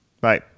Bye